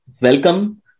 Welcome